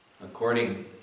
According